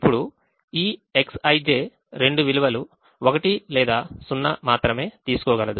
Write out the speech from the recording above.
ఇప్పుడు ఈ Xij రెండు విలువలు 1 లేదా 0 మాత్రమే తీసుకోగలదు